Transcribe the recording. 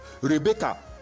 rebecca